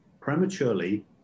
prematurely